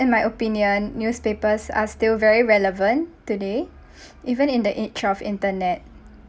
in my opinion newspapers are still very relevant today even in the age of internet